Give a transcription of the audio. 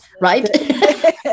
right